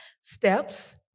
Steps